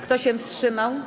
Kto się wstrzymał?